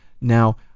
Now